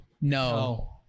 No